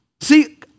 See